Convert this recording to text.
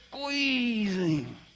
squeezing